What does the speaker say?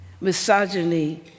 Misogyny